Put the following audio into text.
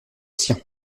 siens